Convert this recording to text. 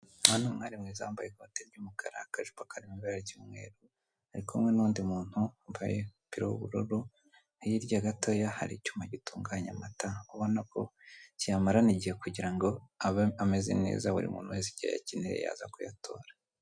Uwo ni umwari mwiza wambaye ikote ry'umukara akajipo karimo ibara ry'umweru arikumwe nundi muntu wambaye umupira w'ubururu hirya gatoya hari icyuma gitunganya amata ubonako kiyamarana igihe kugirango abe ameza neza buri umuntu wese igihe ayacyeneye yaza kuyatora.